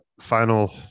final